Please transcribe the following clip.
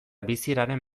bizieraren